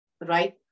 right